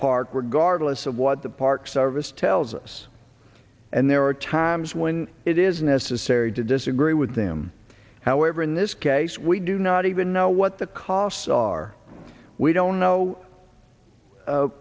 park regardless of what the park service tells us and there are times when it is necessary to disagree with them however in this case we do not even know what the costs are we don't know